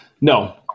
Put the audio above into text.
No